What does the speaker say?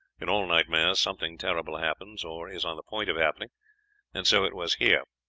in all nightmares something terrible happens, or is on the point of happening and so it was here.